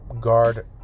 guard